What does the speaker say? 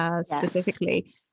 specifically